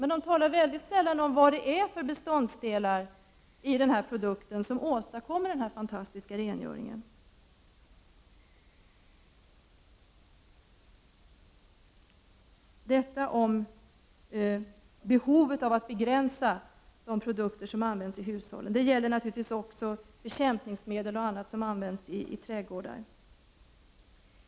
Men i deklarationerna talas det sällan om vad det är i dessa produkter som åstadkommer denna fantastiska rengöring. Det handlar om behovet av att man begränsar de produkter som används i hushållen. Det gäller naturligtvis även bekämpningsmedel och annat som används i trädgårdar.